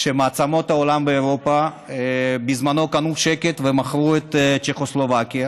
את מעצמות העולם באירופה שבזמנן קנו שקט ומכרו את צ'כוסלובקיה.